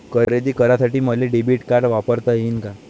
खरेदी करासाठी मले डेबिट कार्ड वापरता येईन का?